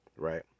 Right